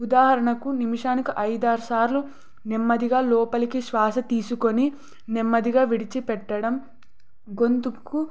ఉదాహరణకు నిమిషానికి ఐదు ఆరు సార్లు నెమ్మదిగా లోపలికి శ్వాస తీసుకొని నెమ్మదిగా విడిచి పెట్టడం గొంతుకు